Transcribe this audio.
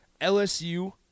LSU